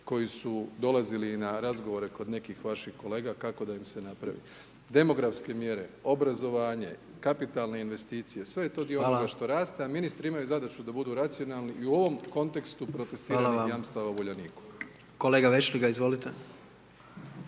koji su dolazili i na razgovore kod nekih vaših kolega, kako da im se napravi. Demografske mjere, obrazovanje, kapitalne investicije, sve je to dio onoga što raste, a ministri imaju zadaću da budu racionalni i u ovom kontekstu protestiranih jamstava u Uljaniku. **Jandroković,